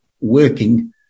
working